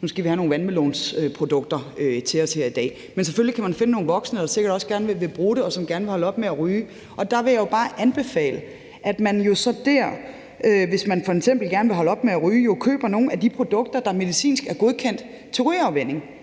dag skal vi have nogle vandmelonsprodukter! Men selvfølgelig kan man finde nogle voksne, der sikkert også gerne vil bruge det, og som gerne vil holde op med at ryge. Der vil jeg jo bare anbefale, at man så, hvis man gerne vil holde op med at ryge, køber nogle af de produkter, der medicinsk er godkendt til rygeafvænning.